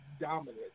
dominant